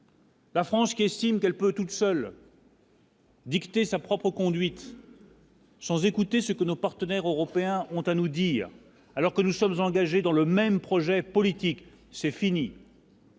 La France, qui estime qu'elle peut toute seule. Dicter sa propre conduite. Sans écouter ce que nos partenaires européens ont à nous dire, alors que nous sommes engagés dans le même projet politique, c'est fini.